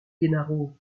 gennaro